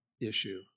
issue